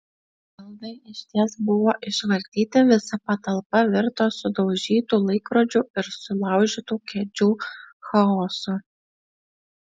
baldai išties buvo išvartyti visa patalpa virto sudaužytų laikrodžių ir sulaužytų kėdžių chaosu